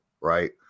right